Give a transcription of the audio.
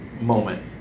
moment